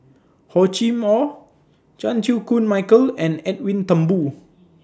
Hor Chim Or Chan Chew Koon Michael and Edwin Thumboo